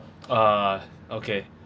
ah okay